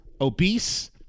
obese